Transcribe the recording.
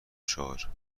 چهار